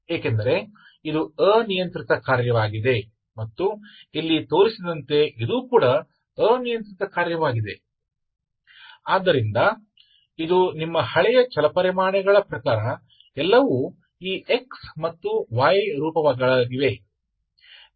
क्योंकि इसमें यह भी शामिल है कि यहआर्बिट्रेरी फंक्शन है और यह भी आर्बिट्रेरी फंक्शन है इसलिए यह आपका फंक्शन है पुराने चर के संदर्भ में सब कुछ यह x और yठीक है इसलिए यह रूप है